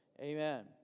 Amen